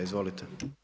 Izvolite.